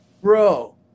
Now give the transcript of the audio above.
Bro